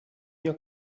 mio